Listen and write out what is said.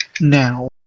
Now